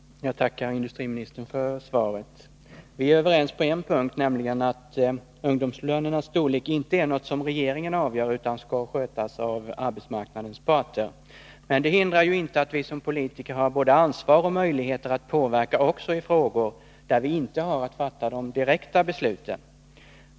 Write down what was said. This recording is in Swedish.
Herr talman! Jag tackar industriministern för svaret. Vi är överens på en punkt, nämligen att ungdomslönernas storlek inte är något som regeringen avgör utan skall skötas av arbetsmarknadens parter. Men det hindrar ju inte att vi som politiker har både ansvar och möjligheter att påverka också i frågor där vi inte har att fatta de direkta besluten.